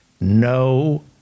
No